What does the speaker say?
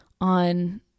on